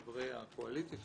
חברי הקואליציה,